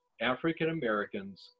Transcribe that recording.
African-Americans